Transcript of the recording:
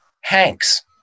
Hanks